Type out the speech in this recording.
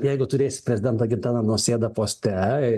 jeigu turėsi prezidentą gitaną nausėdą poste